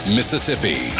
Mississippi